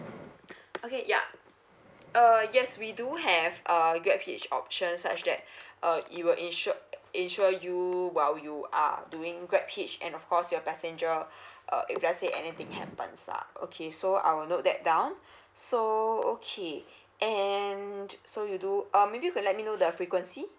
okay yeah uh yes we do have uh grab hitch option such that uh it will insured insure you while you are doing grab hitch and of course your passenger uh if let say anything happens lah okay so I will note that down so okay and so you do um maybe you could let me know the frequency